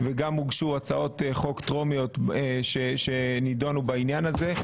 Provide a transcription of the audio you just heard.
וגם הוגשו הצעות חוק טרומיות שנידונו בעניין הזה.